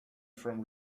from